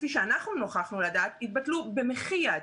כפי שאנחנו נוכחנו לדעת התבטלו במחי יד